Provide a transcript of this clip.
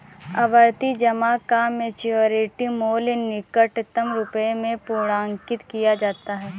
आवर्ती जमा का मैच्योरिटी मूल्य निकटतम रुपये में पूर्णांकित किया जाता है